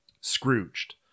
scrooged